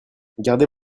gardez